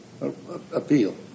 appeal